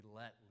let